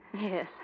Yes